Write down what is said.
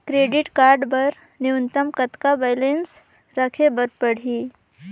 Credit card बर न्यूनतम कतका बैलेंस राखे बर पड़ही?